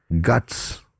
Guts